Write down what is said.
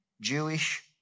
Jewish